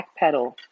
backpedal